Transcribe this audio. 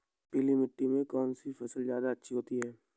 पीली मिट्टी में कौन सी फसल ज्यादा अच्छी होती है?